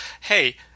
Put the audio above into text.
Hey